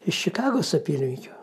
iš čikagos apylinkių